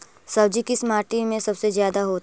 सब्जी किस माटी में सबसे ज्यादा होता है?